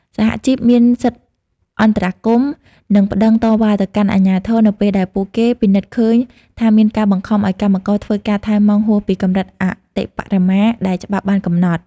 សហជីពមានសិទ្ធិអន្តរាគមន៍ និងប្តឹងតវ៉ាទៅកាន់អាជ្ញាធរ នៅពេលដែលពួកគេពិនិត្យឃើញថាមានការបង្ខំឱ្យកម្មករធ្វើការថែមម៉ោងហួសពីកម្រិតអតិបរមាដែលច្បាប់បានកំណត់។